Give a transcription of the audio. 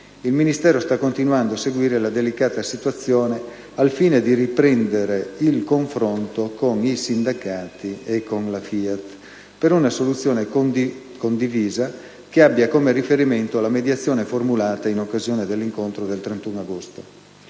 Il Ministero sta continuando a seguire la delicata situazione al fine di riprendere il confronto con i sindacati e con la FIAT, per una soluzione condivisa che abbia come riferimento la mediazione formulata in occasione dell'incontro del 31 agosto.